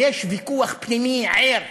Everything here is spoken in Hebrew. ויש ויכוח פנימי ער,